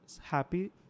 happy